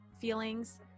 feelings